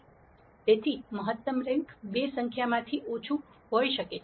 તેથી મહત્તમ રેન્ક બે સંખ્યામાંથી ઓછું હોઈ શકે છે